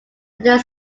noted